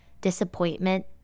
disappointment